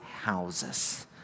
houses